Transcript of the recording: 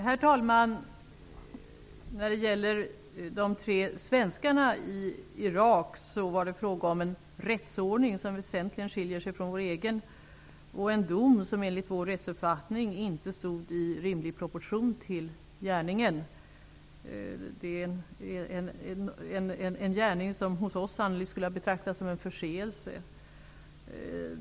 Herr talman! När det gäller de tre svenskarna i Irak var det fråga om en rättsordning som väsentligen skiljer sig från vår egen och en dom som enligt vår rättsuppfattning inte stod i rimlig proportion till gärningen. Gärningen skulle sannolikt ha betraktats som en förseelse hos oss.